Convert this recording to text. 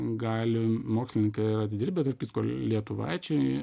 gali mokslininkai yra atidirbę tarp kitko lietuvaičiai